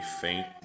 faint